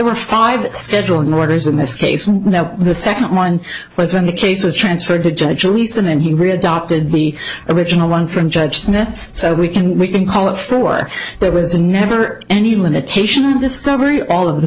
were five scheduling orders in this case and now the second one was when the case was transferred to judge reason and he readopted we original one from judge smith so we can we can call it for there was never any limitation on discovery all of the